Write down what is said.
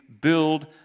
build